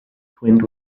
twinned